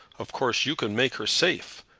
of course you can make her safe,